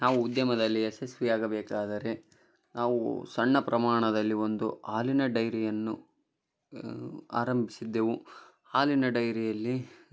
ನಾವು ಉದ್ಯಮದಲ್ಲಿ ಯಶಸ್ವಿಯಾಗಬೇಕಾದರೆ ನಾವು ಸಣ್ಣ ಪ್ರಮಾಣದಲ್ಲಿ ಒಂದು ಹಾಲಿನ ಡೈರಿಯನ್ನು ಆರಂಬಿಸಿದ್ದೆವು ಹಾಲಿನ ಡೈರಯಲ್ಲಿ